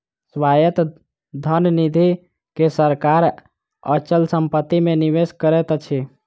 स्वायत्त धन निधि के सरकार अचल संपत्ति मे निवेश करैत अछि